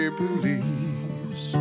believes